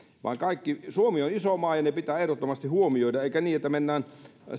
suomi on iso maa ja se pitää ehdottomasti huomioida eikä niin että mennään